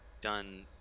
done